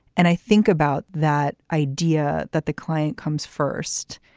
and i think about that idea that the client comes first,